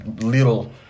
little